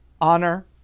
honor